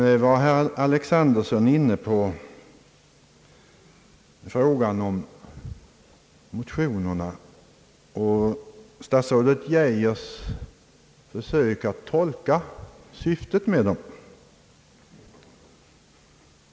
Herr Alexanderson var inne på frågan om motionerna och statsrådet Geijers försök att tolka syftet med dem.